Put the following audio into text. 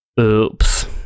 oops